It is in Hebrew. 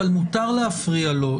אבל מותר להפריע לו.